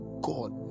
God